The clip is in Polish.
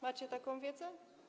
Macie taką wiedzę?